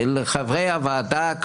לחברי הוועדה,